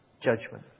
judgment